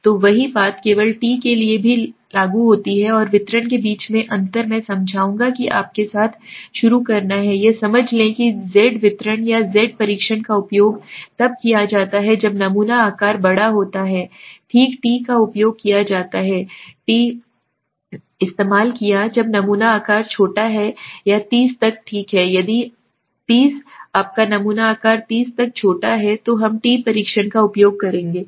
तो वही बात केवल टी के लिए भी लागू होगी और वितरण के बीच अंतर मैं समझाऊंगा कि आपके साथ शुरू करना है यह समझ लें कि z वितरण या z परीक्षण का उपयोग तब किया जाता है जब नमूना आकार बड़ा होता है ठीक t का उपयोग किया जाता है t है इस्तेमाल किया जब नमूना आकार छोटा है या 30 तक ठीक है 30 यदि आपका नमूना आकार 30 तक छोटा है तो हम टी परीक्षण का उपयोग करेगा ठीक है